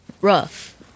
rough